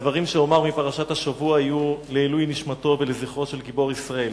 הדברים שאומר מפרשת השבוע יהיו לעילוי נשמתו ולזכרו של גיבור ישראל.